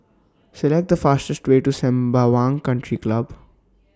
Select The fastest Way to Sembawang Country Club